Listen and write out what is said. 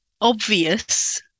obvious